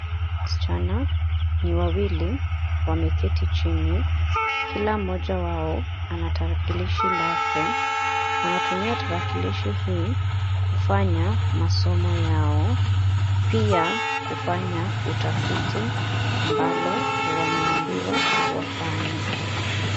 Wasichana ni wawii wameketi chini Kila mmoja wao ana tarakilishi lake wanatumia tarakilishi hii kufanya masomo yao pia kufanya utafiti ambalo wameammbiwa wafanye .